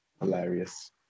hilarious